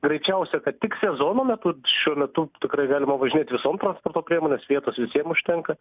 greičiausia kad tik sezono metu šiuo metu tikrai galima važinėt visom transporto priemonės vietos visiems užtenka